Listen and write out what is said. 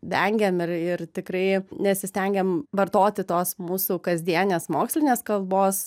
vengiam ir ir tikrai nesistengiam vartoti tos mūsų kasdienės mokslinės kalbos